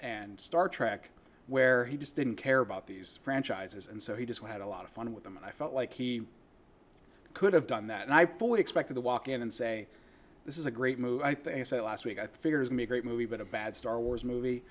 and star trek where he just didn't care about these franchises and so he just had a lot of fun with them and i felt like he could have done that and i fully expected to walk in and say this is a great movie i think i said last week i figures me a great movie but a bad star wars movie